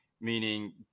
meaning